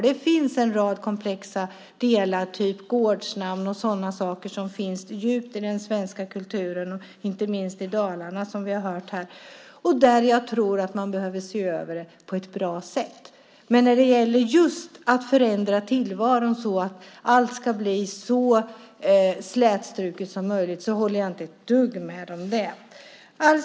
Det finns en rad komplexa delar av typen gårdsnamn och sådana saker som finns djupt i den svenska kulturen inte minst i Dalarna, som vi har hört här. Man behöver se över det på ett bra sätt. När det gäller just att förändra tillvaron så att allt ska bli så slätstruket som möjligt håller jag inte ett dugg med om det.